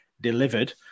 delivered